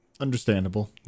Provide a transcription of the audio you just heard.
Understandable